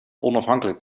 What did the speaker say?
onafhankelijk